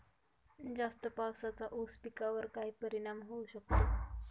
जास्त पावसाचा ऊस पिकावर काय परिणाम होऊ शकतो?